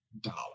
dollar